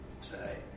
say